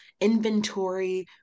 inventory